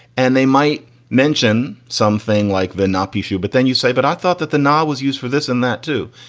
and they might mention something like the nop issue, but then you say, but i thought that the na was used for this and that too.